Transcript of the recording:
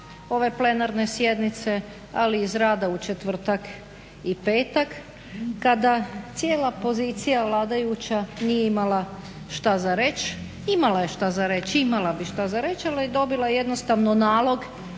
ove plenarne sjednice, ali i iz rada u četvrtak i petak kada cijela pozicija vladajuća nije imala što za reći. Imala je što za reći, imala bi što za